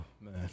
man